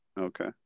Okay